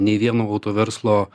nei vieno autoverslo